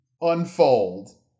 unfold